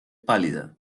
pálida